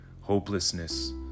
hopelessness